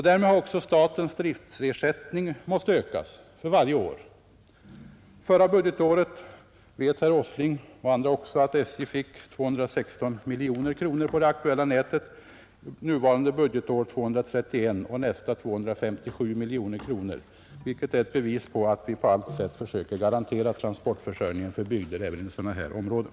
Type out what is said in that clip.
Därmed har också statens driftersättning måst öka för varje år. Förra budgetåret fick SJ, som herr Åsling och också andra vet, 216 miljoner kronor för det aktuella nätet, för nuvarande budgetår 231 miljoner och för nästa år får SJ 257 miljoner för detta nät, vilket är ett bevis på att vi försöker garantera transportförsörjningen för bygder även i sådana här områden.